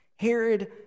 Herod